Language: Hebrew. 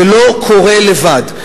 זה לא קורה לבד.